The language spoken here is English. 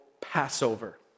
Passover